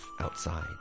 outside